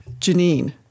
Janine